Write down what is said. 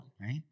right